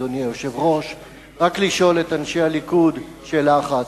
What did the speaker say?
אלא רק לשאול את אנשי הליכוד שאלה אחת: